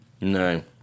No